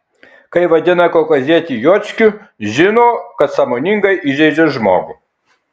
kai vadina kaukazietį juočkiu žino kad sąmoningai įžeidžia žmogų